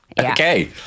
Okay